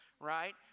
Right